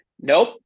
nope